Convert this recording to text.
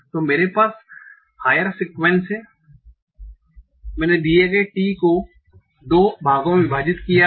तो मेरे पास हायर सीक्वेंस हैं मैंने दिए गए t को दो भागों में विभाजित किया है